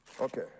Okay